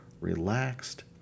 relaxed